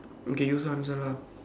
okay you also answer lah